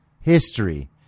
history